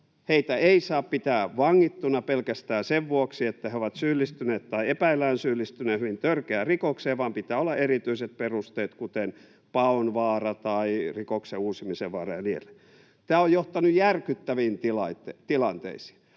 heitä ei saa pitää vangittuina pelkästään sen vuoksi, että he ovat syyllistyneet tai heidän epäillään syyllistyneen hyvin törkeään rikokseen, vaan pitää olla erityiset perusteet, kuten paon vaara tai rikoksen uusimisen vaara ja niin edelleen. Tämä on johtanut järkyttäviin tilanteisiin.